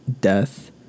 death